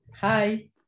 Hi